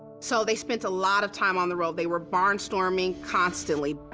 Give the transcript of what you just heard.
so they spent a lot of time on the road. they were barnstorming constantly.